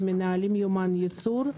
ומנהלים יומן ייצור.